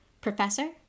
Professor